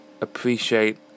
appreciate